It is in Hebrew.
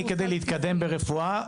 אני כדי להתקדם ברופאה,